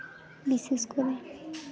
ᱵᱤᱥᱮᱥ ᱠᱚᱨᱮ